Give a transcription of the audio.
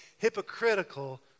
Hypocritical